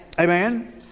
Amen